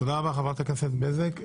תודה רבה חברת הכנסת בזק.